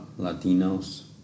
Latinos